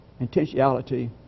intentionality